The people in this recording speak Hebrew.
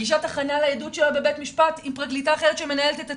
פגישת הכנה לעדות שלה בבית משפט עם פרקליטה אחרת שמנהלת את התיק.